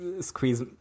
squeeze